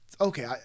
Okay